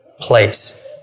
place